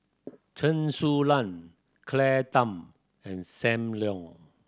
Chen Su Lan Claire Tham and Sam Leong